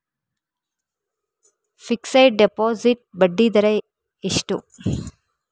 Fixed deposit ಬಡ್ಡಿ ದರ ಎಷ್ಟು?